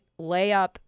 layup